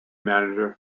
manager